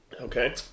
okay